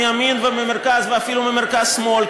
מימין וממרכז ואפילו ממרכז שמאל,